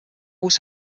was